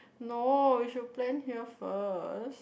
no you should plan here first